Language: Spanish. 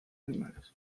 animales